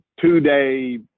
two-day